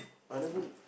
I never